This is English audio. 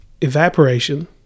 evaporation